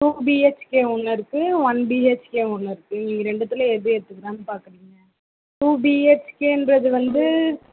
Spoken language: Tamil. டூ பி ஹெச்கே ஒன்று இருக்கு ஒன் பி ஹெச்கே ஒன்று இருக்கு நீங்கள் ரெண்டுத்தில் எது எடுத்துக்கலாம்ன்னு பார்த்துக்குறிங்க டூ பி ஹெச்கேன்றது வந்து